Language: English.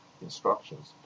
Instructions